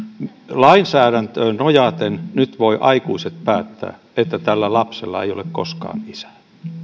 lainsäädäntöön nojaten nyt voivat aikuiset päättää että tällä lapsella ei ole koskaan isää